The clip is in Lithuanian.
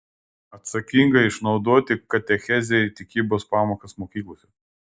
atsakingai išnaudoti katechezei tikybos pamokas mokyklose